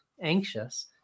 anxious